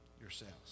yourselves